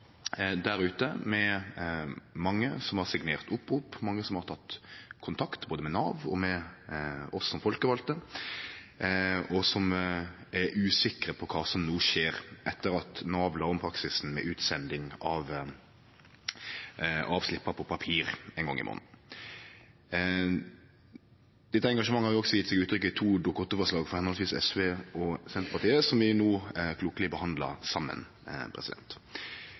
der ute, med mange som har signert opprop, og mange som har tatt kontakt med både Nav og oss folkevalte, og som er usikre på kva som no skjer etter at Nav la om praksisen med utsending av slippar på papir ein gong i månaden. Engasjementet har òg gjeve seg uttrykk i to Dokument 8-forslag frå høvesvis SV og Senterpartiet, som vi no klokeleg behandlar saman.